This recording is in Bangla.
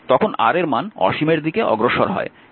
তখন R এর মান অসীমের দিকে অগ্রসর হয়